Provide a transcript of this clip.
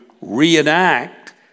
reenact